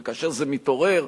וכאשר זה מתעורר,